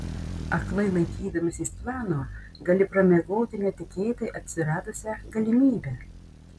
aklai laikydamasis plano gali pramiegoti netikėtai atsiradusią galimybę